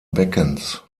beckens